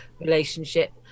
relationship